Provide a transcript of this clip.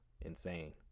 insane